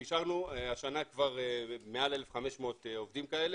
ואישרנו השנה מעל 1,500 עובדים כאלה.